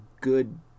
good